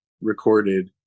recorded